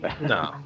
No